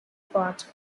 part